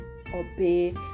obey